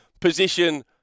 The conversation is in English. position